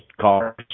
cars